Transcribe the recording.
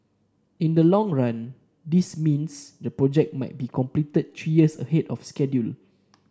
in the long run this means the project might be completed three years ahead of schedule